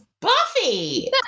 Buffy